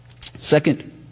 Second